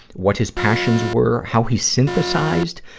what his passions were, how he synthesized,